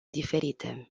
diferite